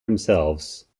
themselves